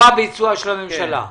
זרוע ביצוע של הממשלה.